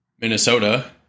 Minnesota